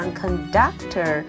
conductor